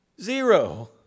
Zero